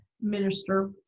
Minister